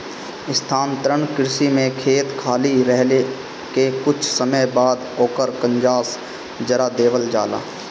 स्थानांतरण कृषि में खेत खाली रहले के कुछ समय बाद ओकर कंजास जरा देवल जाला